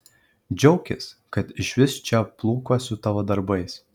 džiaukis kad išvis čia plūkiuos su tavo darbais